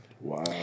Wow